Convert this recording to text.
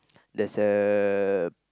there's a